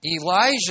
Elijah